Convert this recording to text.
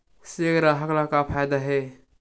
से ग्राहक ला का फ़ायदा हे?